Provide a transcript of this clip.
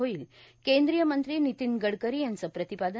होईल केंद्रीय मंत्री नितीन गडकरी यांचं प्रतिपादन